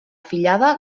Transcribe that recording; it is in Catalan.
fillada